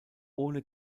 ohne